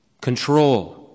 control